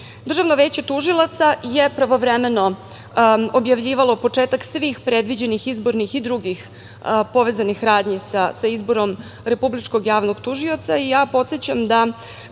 veće tužilaca je pravovremeno objavljivalo početak svih predviđenih izbornih i drugih povezanih radnji sa izborom Republičkog javnog tužioca. Podsećam da